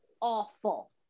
awful